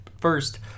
first